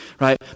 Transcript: right